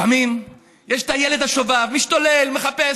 לפעמים יש את הילד השובב, משתולל, מחפש,